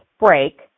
break